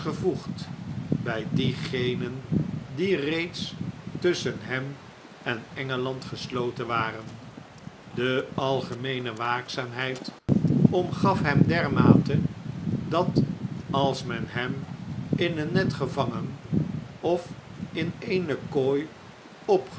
gevoegd bjj diegenen die reeds tusschen hem en engeland gesloten waren de algemeene waakzaamheid omgaf hem dermate dat als men hem ineen net gevangen of in eene kooi